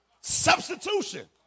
Substitution